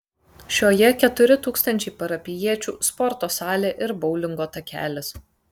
šioje keturi tūkstančiai parapijiečių sporto salė ir boulingo takelis